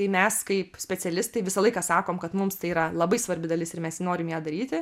tai mes kaip specialistai visą laiką sakom kad mums tai yra labai svarbi dalis ir mes norim ją daryti